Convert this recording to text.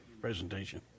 presentation